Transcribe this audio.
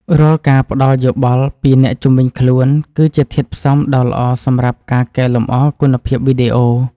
រាល់ការផ្តល់យោបល់ពីអ្នកជុំវិញខ្លួនគឺជាធាតុផ្សំដ៏ល្អសម្រាប់ការកែលម្អគុណភាពវីដេអូ។